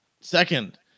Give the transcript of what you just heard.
second